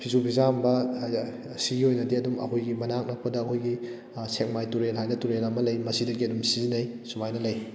ꯐꯤꯁꯨ ꯐꯤꯖꯥꯝꯕ ꯁꯤꯒꯤ ꯑꯣꯏꯅꯗꯤ ꯑꯗꯨꯝ ꯑꯩꯈꯣꯏꯒꯤ ꯃꯅꯥꯛ ꯅꯛꯄꯗ ꯑꯩꯈꯣꯏꯒꯤ ꯁꯦꯛꯃꯥꯏ ꯇꯨꯔꯦꯜ ꯍꯥꯏꯅ ꯇꯨꯔꯦꯜ ꯑꯃ ꯂꯩ ꯃꯁꯤꯗꯒꯤ ꯑꯗꯨꯝ ꯁꯤꯖꯟꯅꯩ ꯁꯨꯃꯥꯏꯅ ꯂꯩ